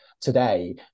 today